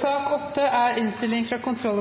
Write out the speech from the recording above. sak nr. 7. Etter ønske fra kontroll-